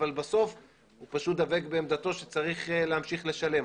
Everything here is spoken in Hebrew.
אבל בסוף הוא פשוט דבק בעמדתו שצריך להמשיך לשלם.